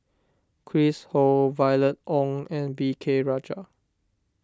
Chris Ho Violet Oon and V K Rajah